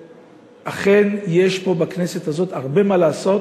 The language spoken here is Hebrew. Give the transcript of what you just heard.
אכן יש פה בכנסת הזאת הרבה מה לעשות